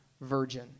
virgin